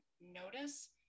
notice